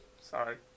Sorry